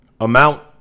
amount